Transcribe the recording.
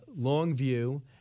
Longview